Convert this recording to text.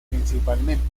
principalmente